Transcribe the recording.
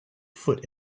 foot